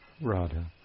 Radha